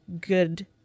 good